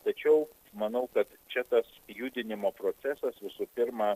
tačiau manau kad čia tas judinimo procesas visų pirma